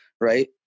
right